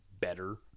better